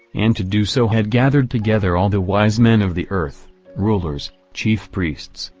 and to do so had gathered together all the wise men of the earth rulers, chief priests,